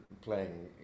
playing